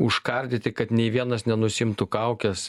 užkardyti kad nei vienas nenusiimtų kaukės